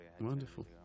Wonderful